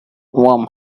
warm